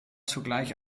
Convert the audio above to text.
zugleich